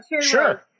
sure